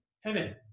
heaven